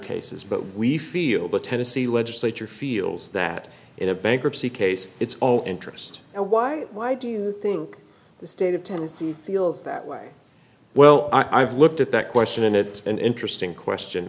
cases but we feel the tennessee legislature feels that in a bankruptcy case it's all interest and why why do you think the state of tennessee feels that way well i've looked at that question and it's an interesting question